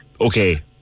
okay